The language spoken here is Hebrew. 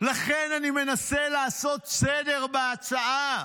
לכן אני מנסה לעשות סדר בהצעה.